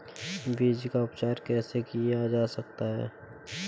बीज का उपचार कैसे किया जा सकता है?